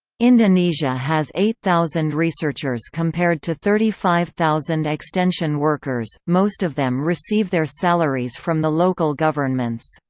indonesia has eight thousand researchers compared to thirty five thousand extension workers, most of them receive their salaries from the local governments.